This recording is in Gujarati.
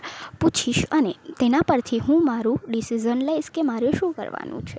પૂછીશ અને તેના પરથી હું મારું ડિસીઝન લઈશ કે મારે શું કરવાનું છે